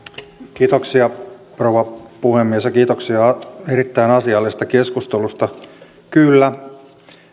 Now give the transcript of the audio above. kiitoksia rouva puhemies ja kiitoksia erittäin asiallisesta keskustelusta kyllä